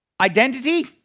Identity